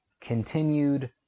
continued